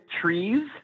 trees